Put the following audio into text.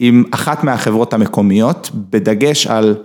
‫עם אחת מהחברות המקומיות, ‫בדגש על...